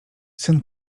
syn